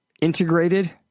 integrated